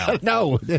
No